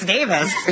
Davis